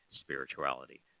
spirituality